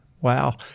wow